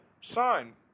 Sign